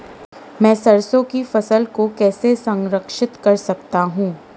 मैं सरसों की फसल को कैसे संरक्षित कर सकता हूँ?